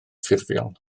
ffurfiol